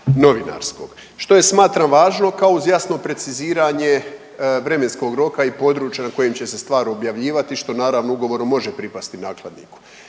novinarskog što je smatram važno kao uz jasno preciziranje vremenskog roka i područja na kojem će se stvar objavljivati što naravno ugovorom može pripasti nakladniku